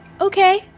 Okay